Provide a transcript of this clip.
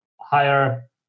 higher